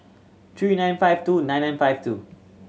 three nine five two nine nine five two